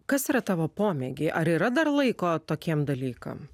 kas yra tavo pomėgiai ar yra dar laiko tokiems dalykams